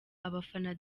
abafana